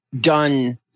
done